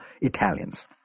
Italians